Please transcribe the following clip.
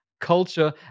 culture